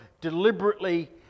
deliberately